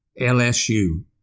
LSU